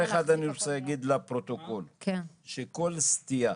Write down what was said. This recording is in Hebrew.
לפרוטוקול, שכל סטייה